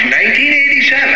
1987